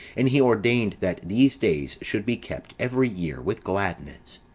and he ordained that these days should be kept every year with gladness.